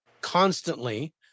constantly